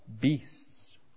beasts